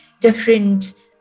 different